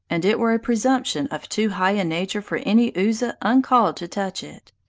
and it were a presumption of too high a nature for any uzzah uncalled to touch it.